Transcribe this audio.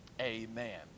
amen